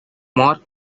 mark